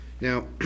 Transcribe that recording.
now